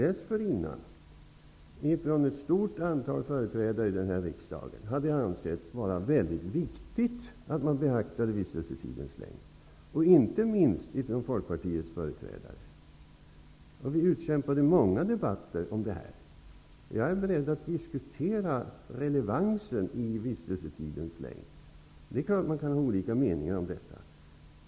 Dessförinnan hade ett stort antal företrädare i denna riksdag ansett det vara mycket viktigt att man beaktade vistelsetidens längd, inte minst företrädare för Folkpartiet. Vi utkämpade många debatter om detta. Jag är beredd att diskutera relevansen i vistelsetidens längd. Man kan självfallet ha olika meningar om detta.